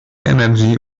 energy